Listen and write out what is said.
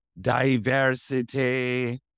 diversity